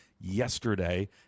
yesterday